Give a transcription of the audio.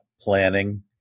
planning